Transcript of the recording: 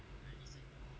mm